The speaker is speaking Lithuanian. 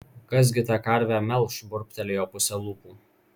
kas gi tą karvę melš burbtelėjo puse lūpų